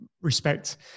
respect